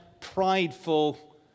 prideful